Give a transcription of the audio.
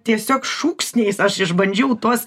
tiesiog šūksniais aš išbandžiau tuos